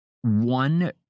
one